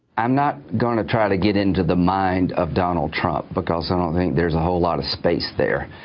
i'm not gonna try to get into the mind of donald trump. because i don't think there's a whole lot of space there.